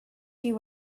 you